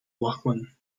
laughlin